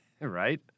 Right